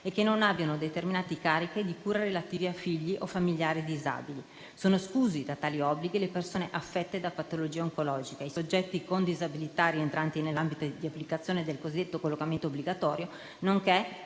e che non abbiano determinate cariche di cura relative a figli o familiari disabili. Sono esclusi da tali obblighi le persone affette da patologia oncologica, i soggetti con disabilità rientranti nell'ambito di applicazione del cosiddetto collocamento obbligatorio nonché,